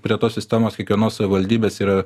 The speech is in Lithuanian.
prie tos sistemos kiekvienos savivaldybės yra